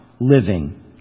living